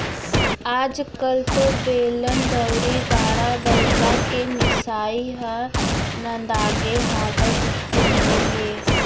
आज कल तो बेलन, दउंरी, गाड़ा बइला के मिसाई ह नंदागे हावय, दिखते नइये